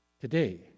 today